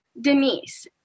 Denise